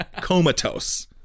comatose